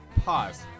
Pause